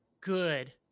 good